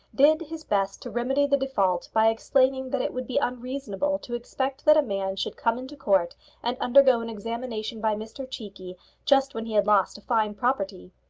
did his best to remedy the default by explaining that it would be unreasonable to expect that a man should come into court and undergo an examination by mr cheekey just when he had lost a fine property.